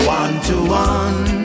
one-to-one